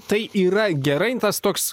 tai yra gerai tas toks